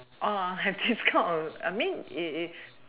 ah have this kind of I mean it it